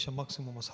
maximum